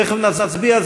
תכף נצביע.